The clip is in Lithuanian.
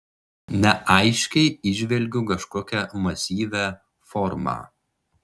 neaiškiai įžvelgiu kažkokią masyvią formą